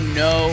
no